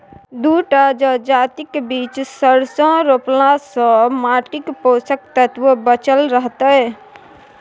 दू टा जजातिक बीच सरिसों रोपलासँ माटिक पोषक तत्व बचल रहतै